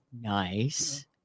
nice